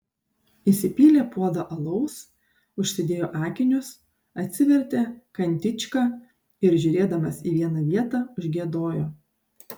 įsipylė puodą alaus užsidėjo akinius atsivertė kantičką ir žiūrėdamas į vieną vietą užgiedojo